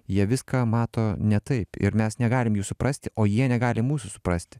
jie viską mato ne taip ir mes negalim jų suprasti o jie negali mūsų suprasti